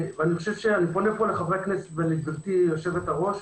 אני פונה לחברי הכנסת ולגברתי יושבת-הראש,